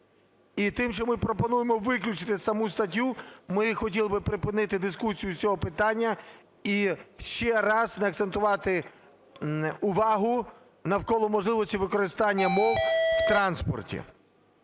І тим, що ми пропонуємо виключити саму статтю, ми хотіли би припинити дискусію з цього питання, і ще раз не акцентувати увагу навколо можливості використання мов в транспорті.